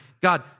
God